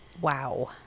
Wow